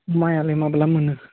माइआलाय माब्ला मोनो